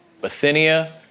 Bithynia